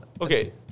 Okay